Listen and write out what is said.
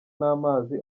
n’amazi